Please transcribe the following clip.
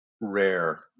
rare